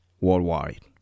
worldwide